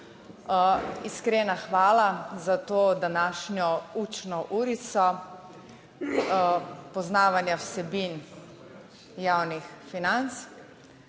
Iskrena hvala za to današnjo učno urico poznavanja vsebin javnih financ.